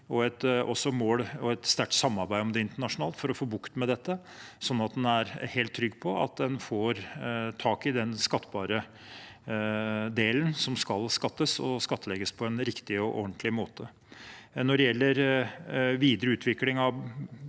også et sterkt samarbeid internasjonalt for å få bukt med dette, sånn at en er helt trygg på at en får tak i den skattbare delen, som skal skattlegges på en riktig og ordentlig måte. Når det gjelder videre utvikling av